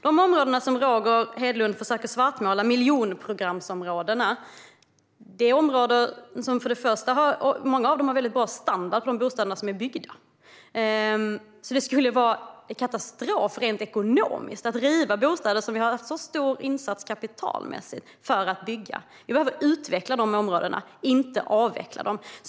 De områden som Roger Hedlund försöker svartmåla, miljonprogramsområdena, är områden som i många fall har väldigt bra standard på de bostäder som är byggda. Det skulle alltså vara katastrof rent ekonomiskt att riva bostäder som vi har gjort en så stor insats kapitalmässigt för att bygga. Vi behöver utveckla dessa områden, inte avveckla dem.